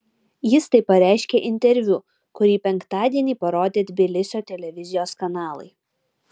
jis tai pareiškė interviu kurį penktadienį parodė tbilisio televizijos kanalai